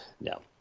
No